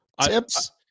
tips